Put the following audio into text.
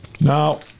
Now